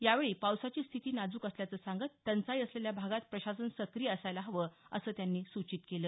यावेळी पावसाची स्थिती नाजूक असल्याचे सांगत टंचाई असलेल्या भागात प्रशासन सक्रिय असायला हवं असं त्यांनी सूचित केलं